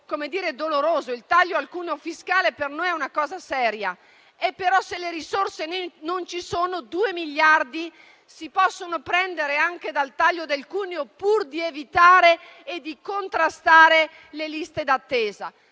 provvedimento doloroso, perché il taglio al cuneo fiscale per noi è una cosa seria. Se però le risorse non ci sono, due miliardi si possono prendere anche dal taglio del cuneo pur di evitare e di contrastare le liste d'attesa.